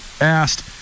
asked